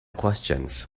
questions